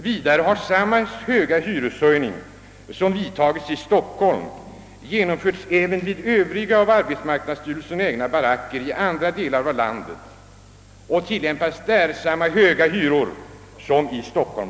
Samma kraftiga hyreshöjning som företagits i Stockholm har genomförts även vid övriga av arbetsmarknadsstyrelsen ägda baracker i andra delar av landet, så att hyrorna där är lika höga som i Stockholm.